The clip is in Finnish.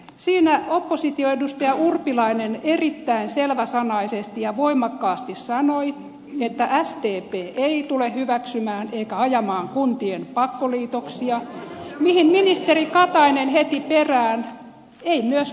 siinä oppositioedustaja urpilainen erittäin selväsanaisesti ja voimakkaasti sanoi että sdp ei tule hyväksymään eikä ajamaan kuntien pakkoliitoksia mihin ministeri katainen heti perään että ei myöskään kokoomus